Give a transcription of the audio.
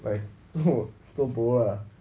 like 做做 bo lah